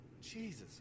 Jesus